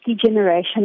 degeneration